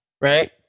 right